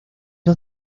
los